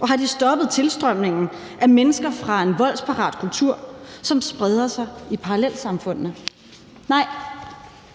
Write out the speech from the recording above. Og har de stoppet tilstrømningen af mennesker fra en voldsparat kultur, som spreder sig i parallelsamfundene? Nej,